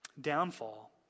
downfall